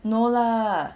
no lah